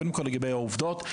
קודם כל לגבי העובדות,